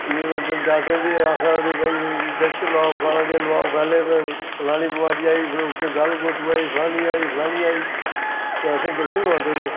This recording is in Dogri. डाक्टरें बी आखना ते भाई इन्जैक्शन लोआओ फलाना किश ते फलाना किश फलाना पैह्ले बमारी आई गल घोट्टू आई फलानी आई फलानी आई ते अस जंक्शन लोआंदे रेह्